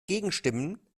gegenstimmen